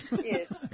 Yes